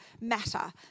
matter